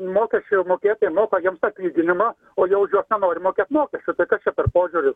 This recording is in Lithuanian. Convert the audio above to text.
mokesčių mokėtojai moka jiems atlyginimą o jie už juos nenori mokėt mokesčių tai kas čia požiūris